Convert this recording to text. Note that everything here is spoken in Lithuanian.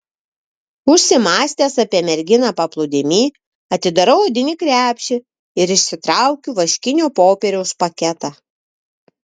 užsimąstęs apie merginą paplūdimy atidarau odinį krepšį ir išsitraukiu vaškinio popieriaus paketą